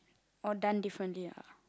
or done differently ah